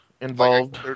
involved